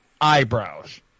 eyebrows